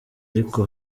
ariko